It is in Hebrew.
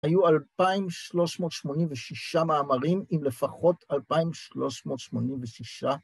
‫היו 2,386 מאמרים, עם לפחות 2,386..